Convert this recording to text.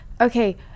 okay